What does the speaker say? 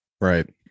right